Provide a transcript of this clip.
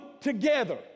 together